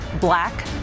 black